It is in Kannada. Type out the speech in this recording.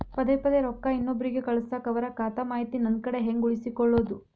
ಪದೆ ಪದೇ ರೊಕ್ಕ ಇನ್ನೊಬ್ರಿಗೆ ಕಳಸಾಕ್ ಅವರ ಖಾತಾ ಮಾಹಿತಿ ನನ್ನ ಕಡೆ ಹೆಂಗ್ ಉಳಿಸಿಕೊಳ್ಳೋದು?